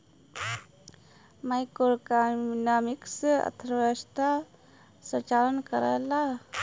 macroeconomics अर्थव्यवस्था क संचालन करला